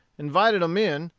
invited em in,